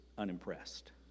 unimpressed